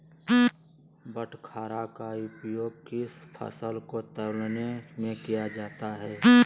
बाटखरा का उपयोग किस फसल को तौलने में किया जाता है?